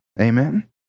Amen